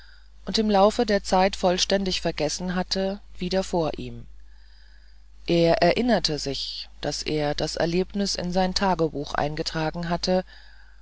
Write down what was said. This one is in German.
und im laufe der zeit vollständig vergessen hatte wieder vor ihm er erinnerte sich daß er das erlebnis in sein tagebuch eingetragen hatte